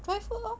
dry food lor